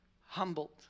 humbled